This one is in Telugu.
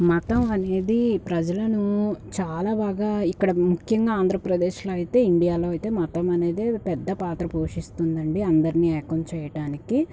మతం అనేది ప్రజలను చాలా బాగా ఇక్కడ ముఖ్యంగా ఆంధ్రప్రదేశ్లో అయితే ఇండియాలో అయితే మతం అనేదే పెద్ద పాత్ర పోషిస్తుందండి అందర్ని ఏకం చేయడానికి